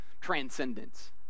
transcendence